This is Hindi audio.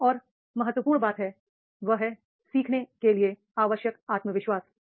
एक और महत्वपूर्ण बात है वह है सीखने के लिए आवश्यक आत्मविश्वास